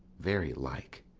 very like.